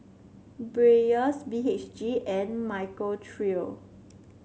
Dreyers B H G and Michael Trio